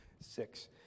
six